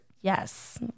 Yes